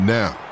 now